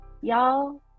y'all